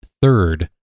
third